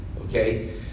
okay